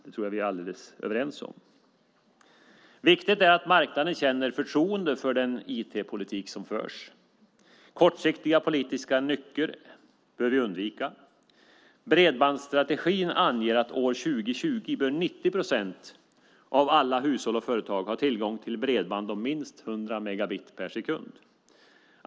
Det tror jag att vi är överens om. Viktigt är att marknaden känner förtroende för den IT-politik som förs. Kortsiktiga politiska nycker bör vi undvika. Bredbandsstrategin anger att år 2020 bör 90 procent av alla hushåll och företag ha tillgång till bredband om minst 100 megabit per sekund.